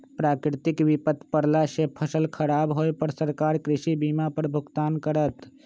प्राकृतिक विपत परला से फसल खराब होय पर सरकार कृषि बीमा पर भुगतान करत